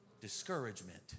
discouragement